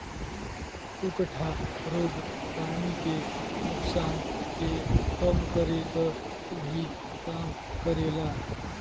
उकठा रोग पानी के नुकसान के कम करे क भी काम करेला